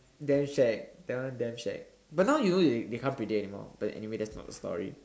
damn shag that one damn shag but now you know they can't predict anymore but anyway that's not the story